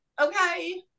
Okay